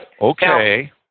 Okay